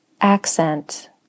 accent